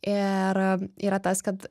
ir yra tas kad